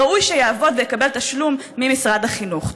ראוי שיעבוד ויקבל תשלום ממשרד החינוך?